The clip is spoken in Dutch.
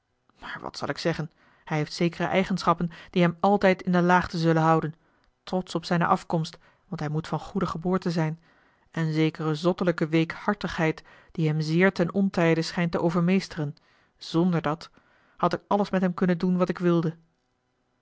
maar wat zal ik zeggen hij heeft zekere eigenschappen die hem altijd in de laagte zullen houden trots op zijne afkomst want hij moet van goede geboorte zijn en zekere zottelijke weekhartigheid die hem zeer ten ontijde schijnt te overmeesteren zonder dat had ik alles met hem kunnen doen wat ik wilde